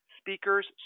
speakers